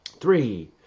Three